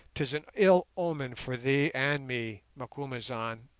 tis an ill omen for thee and me, macumazahn